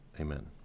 Amen